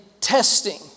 testing